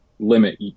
Limit